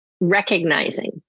recognizing